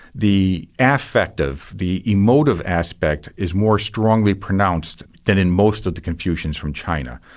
the affective, the emotive aspect, is more strongly pronounced than in most of the confucians from china.